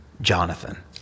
Jonathan